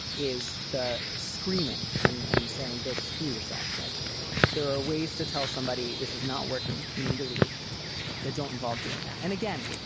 is the screaming and and saying go so through yourself like there are ways to tell somebody this is not working. you need to leave that. don't involve doing that. and again,